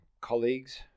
colleagues